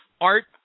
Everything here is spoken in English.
art